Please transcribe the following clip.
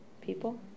people